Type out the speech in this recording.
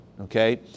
okay